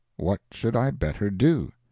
what should i better do?